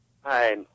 Hi